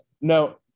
No